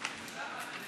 שהכותרת שלה